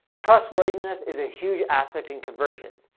trustworthiness is a huge aspect in conversions.